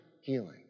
healing